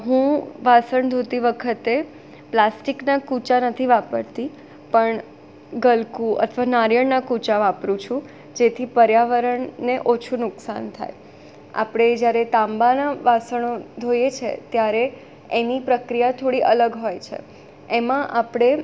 હું વાસણ ધોતી વખતે પ્લાસ્ટિકના કુચા નથી વાપરતી પણ ગલકું અથવા નાળિયેરના કુચા વાપરું છું જેથી પર્યાવરણને ઓછું નુકસાન થાય આપણે જ્યારે તાંબાના વાસણો ધોઈએ છે ત્યારે એની પ્રક્રિયા થોડી અલગ હોય છે એમાં આપણે